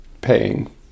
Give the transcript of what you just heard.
paying